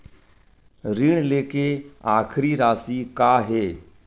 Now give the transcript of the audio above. ऋण लेके आखिरी राशि का हे?